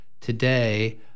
today